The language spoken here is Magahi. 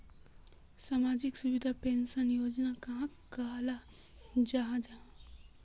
सामाजिक सुरक्षा पेंशन योजना कहाक कहाल जाहा जाहा?